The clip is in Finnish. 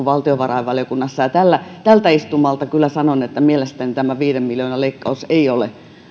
valtiovarainvaliokunnassa tältä istumalta kyllä sanon että mielestäni tämä viiden miljoonan leikkaus ei ole